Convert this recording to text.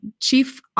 chief